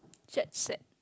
jet set